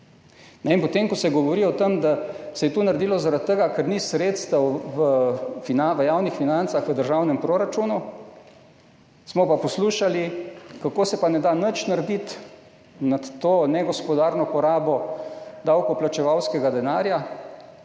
Potem, ko se govori o tem, da se je to naredilo zaradi tega, ker ni sredstev v javnih financah, v državnem proračunu, smo pa poslušali, kako se ne da nič narediti s to negospodarno porabo davkoplačevalskega denarja